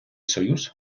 союз